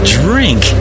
drink